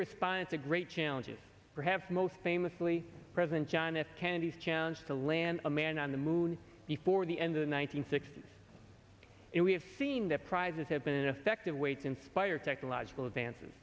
respond to great challenges perhaps most famously president john f kennedy's challenge to land a man on the moon before the end of the one nine hundred sixty s and we have seen the prizes have been an effective way to inspire technological advances